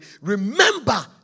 remember